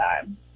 time